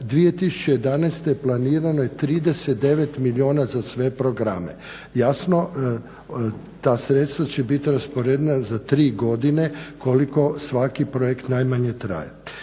2011. planirano je 39 milijuna za sve programe. Jasno ta sredstva će biti raspoređena za 3 godine koliko svaki projekt najmanje traje.